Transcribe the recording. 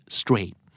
straight